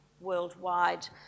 worldwide